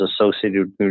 associated